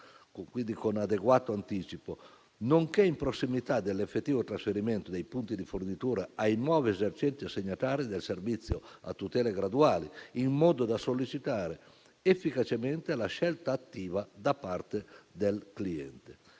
(quindi con adeguato anticipo), nonché in prossimità dell'effettivo trasferimento dei punti di fornitura ai nuovi esercenti assegnatari del servizio a tutele graduali, in modo da sollecitare efficacemente la scelta attiva da parte del cliente.